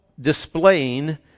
displaying